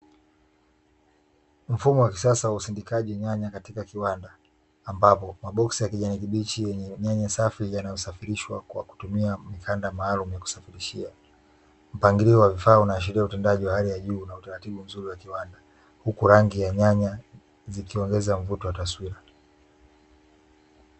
Mfumo wa kisasa wa usindikaji nyanya katika kiwanda, ambapo maboksi ya kijani kibichi yenye nyanya safi yanayosafirishwa kwa kutumia mikanda maalumu ya kusafirishia. Mpangilio wa vifaa na utendaji wa hali ya juu na utaratibu mzuri wa kiwanda, huku rangi ya nyanya zikiongezea mvuto wa taswira.